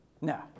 No